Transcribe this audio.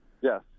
Yes